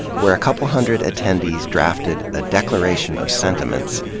where a couple hundred attendees drafted a declaration of sentiments,